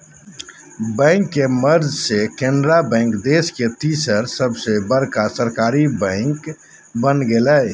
bank के merge से Canara bank देश के तीसर सबसे बड़का सरकारी बैंक बन गेलय